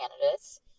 candidates